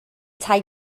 tai